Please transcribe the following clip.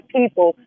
people